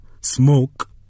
Smoke